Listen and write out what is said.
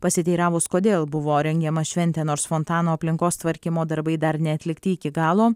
pasiteiravus kodėl buvo rengiama šventė nors fontano aplinkos tvarkymo darbai dar neatlikti iki galo